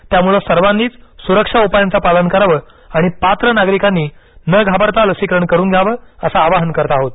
त्यामुळे सर्वांनीच सुरक्षा उपायांचं पालन करावं आणि पात्र नागरिकांनी न घाबरता लसीकरण करून घ्यावं असं आवाहन करत आहोत